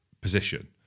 position